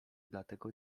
dlatego